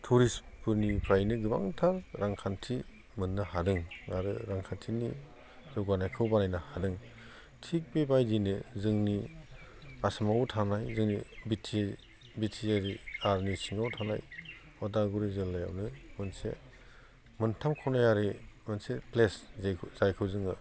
थुरिस्टफोरनिफ्रायनो गोबांथार रांखानथि मोननो हादों आरो रांखानथिनि जौगानायखौ बानायनो हादों थिग बेबायदिनो जोंनि आसामाव थानाय जोंनि बि टि आरनि सिङाव थानाय अदालगुरि जिल्लायावनो मोनसे मोनथाम खनायारि मोनसे प्लेस जायखौ जोङो